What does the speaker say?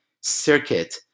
circuit